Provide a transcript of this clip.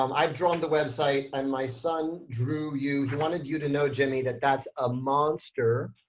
um i've drawn the website, and my son drew you. he wanted you to know, jimmy, that that's a monster.